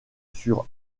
sur